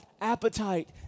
appetite